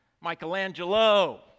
Michelangelo